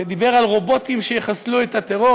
שדיבר על רובוטים שיחסלו את הטרור.